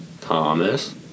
Thomas